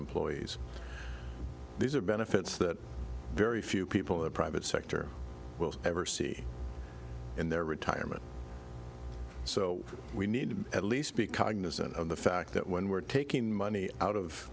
employees these are benefits that very few people the private sector will ever see in their retirement so we need to at least be cognizant of the fact that when we're taking money out of